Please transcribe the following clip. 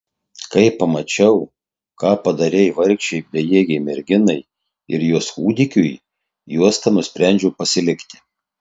kai pamačiau ką padarei vargšei bejėgei merginai ir jos kūdikiui juostą nusprendžiau pasilikti